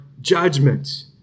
judgment